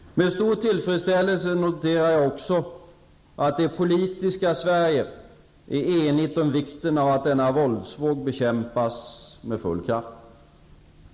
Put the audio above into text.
Med stor tillfredsställelse noterar jag också att det politiska Sverige är enigt om vikten av att denna våldsvåg bekämpas med full kraft.